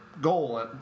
goal